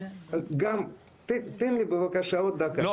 גם תן לי בבקשה עוד דקה.